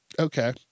okay